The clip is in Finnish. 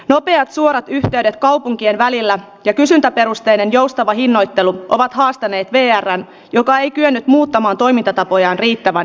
nopeat sua yhdelle kaupunkien välillä ja kysyntäperusteinen joustava hinnoittelu ovat haastaneet mieltään joka ei kyennyt muuttamaan toimintatapojaan riittävän